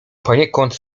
poniekąd